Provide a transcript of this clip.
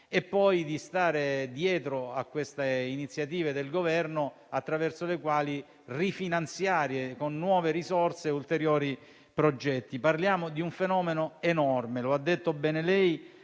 le iniziative appena citate del Governo, attraverso le quali rifinanziare con nuove risorse ulteriori progetti. Parliamo di un fenomeno enorme, e lo ha detto bene lei: